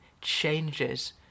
changes